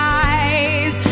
eyes